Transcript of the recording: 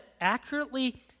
accurately